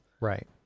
Right